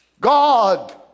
God